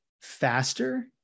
faster